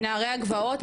נערי הגבעות,